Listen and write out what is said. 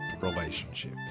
relationship